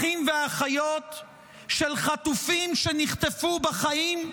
אחים ואחיות של חטופים שנחטפו בחיים,